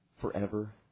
forever